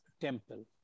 temple